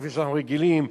כפי שאנחנו רגילים,